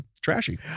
trashy